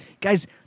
Guys